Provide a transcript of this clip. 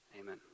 Amen